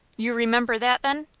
you remember that, then?